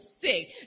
sick